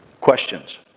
Questions